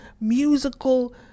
musical